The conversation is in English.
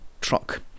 truck